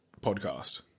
podcast